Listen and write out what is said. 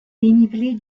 dénivelé